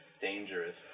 dangerous